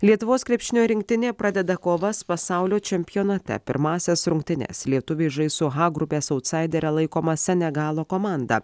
lietuvos krepšinio rinktinė pradeda kovas pasaulio čempionate pirmąsias rungtynes lietuviai žais su h grupės autsaidere laikoma senegalo komanda